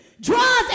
draws